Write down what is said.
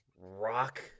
rock